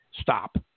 Stop